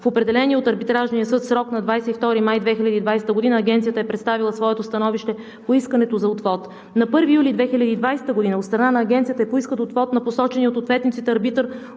В определения от Арбитражния съд в срок, на 22 май 2020 г. Агенцията е представила своето становище по искането за отвод. На 1 юли 2020 г. от страна на Агенцията е поискан отвод на посочения от ответниците арбитър